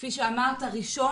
כפי שאמרת,